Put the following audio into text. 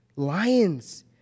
Lions